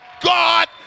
God